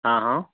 ہاں ہاں